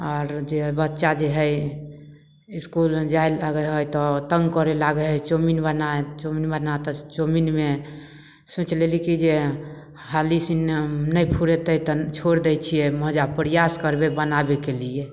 आर जे बच्चा जे हइ इसकुलमे जाइ लागय हइ तऽ तङ्ग करऽ लागय हइ चाउमीन बना चाउमीन बना तऽ चाउमीनमे सोचि लेली कि जे हाली सिन नहि फुरेतइ तऽ छोड़ दै छियै मौजा प्रयास करबय बनाबयके लिए